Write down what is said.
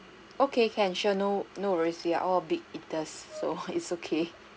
okay can sure no no worries we are all big eaters so it's okay